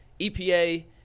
EPA